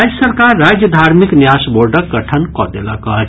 राज्य सरकार राज्य धार्मिक न्यास बोर्डक गठन कऽ देलक अछि